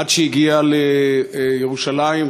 עד שהגיעה לירושלים,